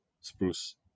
spruce